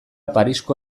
parisko